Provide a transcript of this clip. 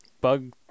bug